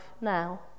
now